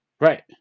right